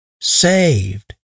saved